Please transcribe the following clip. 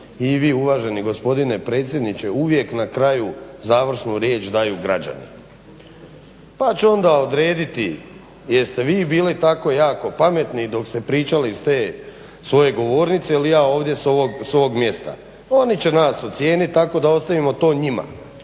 i vi uvaženi gospodine predsjedniče uvijek na kraju završnu riječ daju građani. Pa će onda odrediti jeste vi bili tako jako pametni dok ste pričali s te svoje govornice ili ja ovdje s ovog mjesta. Oni će nas ocijeniti tako da ostavimo to njima.